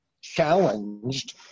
challenged